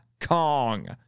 Kong